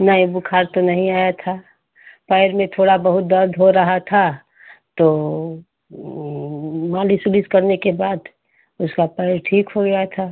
नई बुखार तो नहीं आया था पैर में थोड़ा बहुत दर्द हो रहा था तो मालिस ओलिस करने के बाद उसका पैर ठीक हो गया था